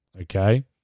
Okay